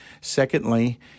Secondly